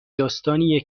داستانیه